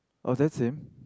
oh that's him